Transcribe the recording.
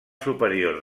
superior